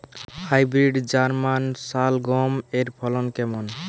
Hybrid German শালগম এর ফলন কেমন?